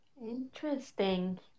Interesting